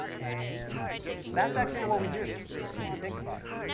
and that's actually what we do if you think about it.